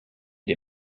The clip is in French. des